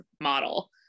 model